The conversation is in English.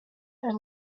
are